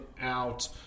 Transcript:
out